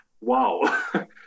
wow